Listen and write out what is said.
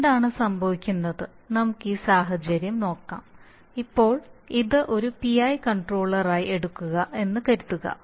എന്താണ് സംഭവിക്കുന്നത് നമുക്ക് ഈ സാഹചര്യം നോക്കാം ഇപ്പോൾ ഇത് ഒരു PI കൺട്രോളറായി എടുക്കുക എന്ന് കരുതുക